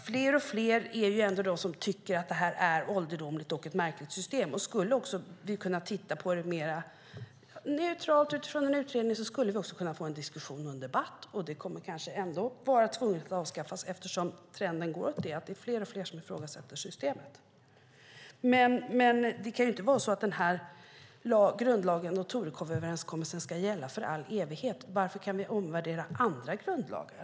Fler och fler tycker att det här är ålderdomligt och ett märkligt system. Om vi kunde titta på det mer neutralt utifrån en utredning skulle vi också kunna få en diskussion och en debatt. Systemet kommer kanske ändå att behöva avskaffas, eftersom trenden går mot att fler och fler ifrågasätter det. Det kan inte vara så att den här grundlagen och Torekovsöverenskommelsen ska gälla för all evighet. Varför kan vi omvärdera andra grundlagar?